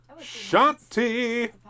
shanti